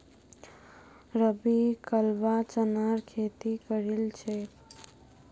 रवि कलवा चनार खेती करील छेक